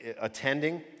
attending